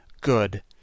good